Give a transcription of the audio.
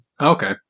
Okay